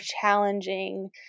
challenging